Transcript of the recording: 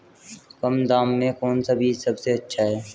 कम दाम में कौन सा बीज सबसे अच्छा है?